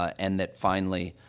and that, finally,